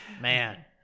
Man